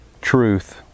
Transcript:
truth